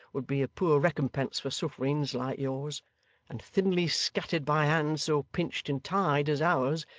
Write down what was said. would be a poor recompense for sufferings like yours and thinly scattered by hands so pinched and tied as ours,